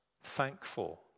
thankful